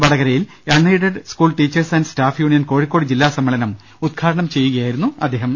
വടകരയിൽ unaided school teachers and staff union Kozhikode ജില്ലാ സമ്മേളനം ഉദ്ഘാടനം ചെയ്യു കയായിരുന്നു മന്ത്രി